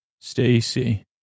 Stacy